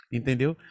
Entendeu